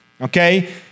okay